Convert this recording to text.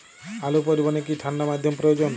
আলু পরিবহনে কি ঠাণ্ডা মাধ্যম প্রয়োজন?